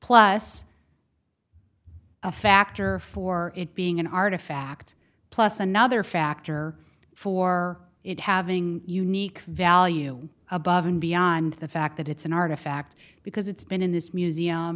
plus a factor for it being an artifact plus another factor for it having unique value above and beyond the fact that it's an artifact because it's been in this museum